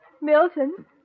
Milton